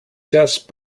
just